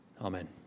Amen